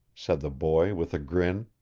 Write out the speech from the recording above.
said the boy with a grin.